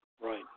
Right